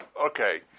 Okay